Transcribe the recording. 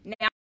Now